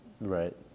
Right